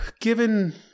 given